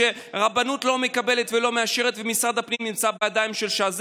כשהרבנות לא מקבלת ולא מאשרת ומשרד הפנים נמצא בידיים של ש"ס,